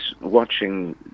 watching